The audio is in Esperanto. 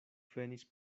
venis